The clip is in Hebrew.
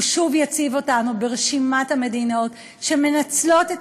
הוא שוב יציב אותנו ברשימת המדינות שמנצלות את